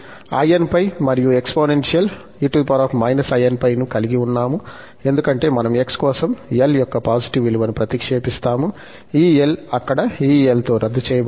inπ మరియు exponential e−inπ ను కలిగి ఉన్నాము ఎందుకంటే మనం x కోసం l యొక్క పాజిటివ్ విలువను ప్రతిక్షేపిస్తాము ఈ l అక్కడ ఈ l తో రద్దు చేయబడుతుంది